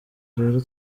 rero